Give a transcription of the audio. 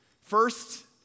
First